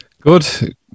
good